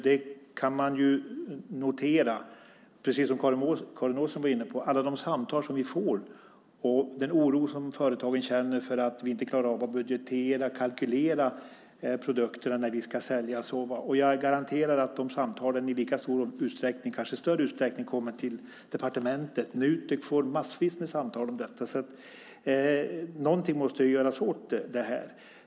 Man kan ju notera, precis som Karin Åström var inne på, alla de samtal som vi får och den oro som företagen känner för att man inte klarar av att budgetera och kalkylera produkterna när de ska säljas. Jag garanterar att de samtalen i lika stor utsträckning - kanske större utsträckning - kommer till departementet. Nutek får massvis med samtal om detta. Någonting måste alltså göras åt det här.